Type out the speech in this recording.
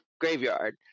graveyard